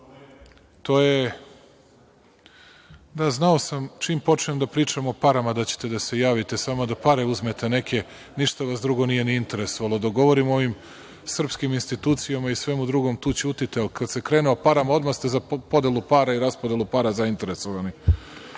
radite, da znao sam čim počnem da pričam o parama da ćete da se javite samo da pare uzmete neke, ništa vas drugo nije interesovalo. Dok govorim o ovim srpskim institucijama i svemu drugom tu ćutite, ali kada se krene o parama odmah ste za podelu para i raspodelu para zainteresovani. Što